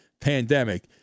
pandemic